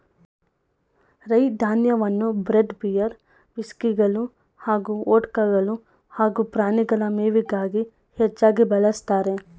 ರೈ ಧಾನ್ಯವನ್ನು bread beer ವಿಸ್ಕಿಗಳು ಹಾಗೂ ವೊಡ್ಕಗಳು ಹಾಗೂ ಪ್ರಾಣಿಗಳ ಮೇವಿಗಾಗಿ ಹೆಚ್ಚಾಗಿ ಬಳಸ್ತಾರೆ